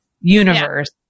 universe